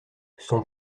son